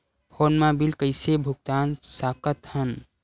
Phone मा bill कइसे भुक्तान साकत हन?